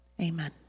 Amen